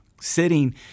Sitting